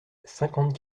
cinquante